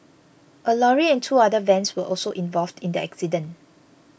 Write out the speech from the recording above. a lorry and two other vans were also involved in the accident